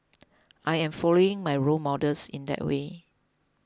I am following my role models in that way